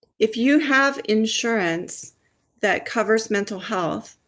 if you have insurance that covers mental health,